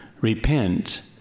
repent